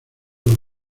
los